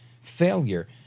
failure